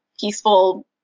peaceful